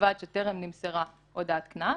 ובלבד שטרם נמסרה הודעת קנס.